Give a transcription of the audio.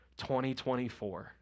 2024